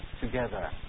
together